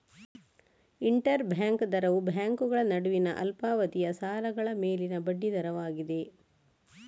inter bank ದರವು ಬ್ಯಾಂಕುಗಳ ನಡುವಿನ ಅಲ್ಪಾವಧಿಯ ಸಾಲಗಳ ಮೇಲಿನ ಬಡ್ಡಿ ದರವಾಗಿದೆ